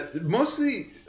Mostly